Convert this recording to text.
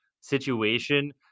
situation